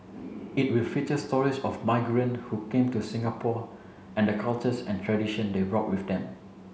it will feature stories of migrant who came to Singapore and the cultures and tradition they brought with them